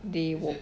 daewook